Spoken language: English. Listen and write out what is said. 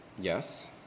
Yes